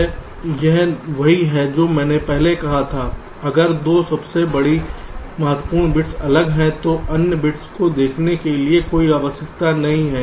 यह वही है जो मैंने कहा था कि अगर 2 सबसे महत्वपूर्ण बिट्स अलग हैं तो अन्य बिट्स को देखने की कोई आवश्यकता नहीं है